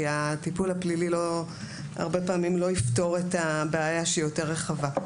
כי הטיפול הפלילי הרבה פעמים לא יפתור את הבעיה שהיא יותר רחבה.